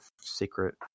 secret